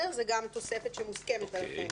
זו גם תוספת שמוסכמת עליכם.